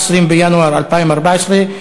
20 בינואר 2014,